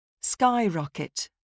Skyrocket